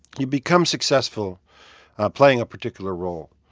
you become successful playing a particular role.